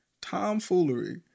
tomfoolery